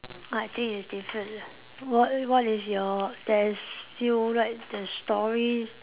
I think it's different ah what what is your there's few right there's story